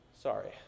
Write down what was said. sorry